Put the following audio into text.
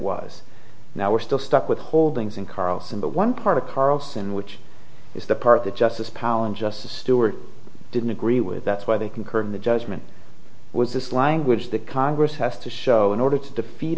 was now we're still stuck with holdings in carlson but one part of carlson which is the part of the justice palin justice stewart didn't agree with that's why they concurred in the judgment was this language that congress has to show in order to defeat